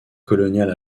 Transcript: coloniale